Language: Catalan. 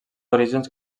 orígens